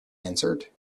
answered